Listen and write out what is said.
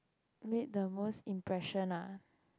made the most impression ah